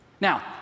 Now